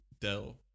Dell